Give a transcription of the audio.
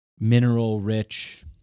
mineral-rich